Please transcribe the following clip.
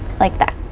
like that.